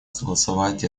согласовать